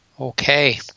Okay